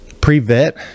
pre-vet